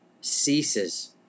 ceases